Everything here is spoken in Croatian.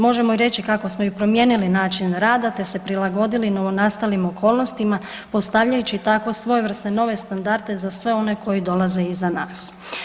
Možemo i reći kako smo i promijenili način rada te se prilagodili novonastalim okolnostima postavljajući tako svojevrsne nove standarde za sve one koji dolaze iza nas.